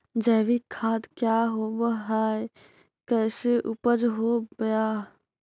जैविक खाद क्या होब हाय कैसे उपज हो ब्हाय?